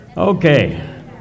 Okay